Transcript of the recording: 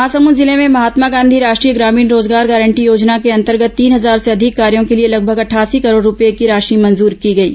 महासमुद जिले में महात्मा गांधी राष्ट्रीय ग्रामीण रोजगार गारंटी योजना के अंतर्गत तीन हजार से अधिक कार्यो के लिए लगभग अठासी करोड़ रूपये की राशि मंजूर की गई है